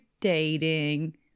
dating